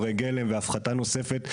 עם תוכנית העבודה שנעשתה.